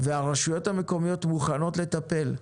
והרשויות המקומיות מוכנות לטפל.